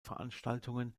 veranstaltungen